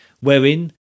Wherein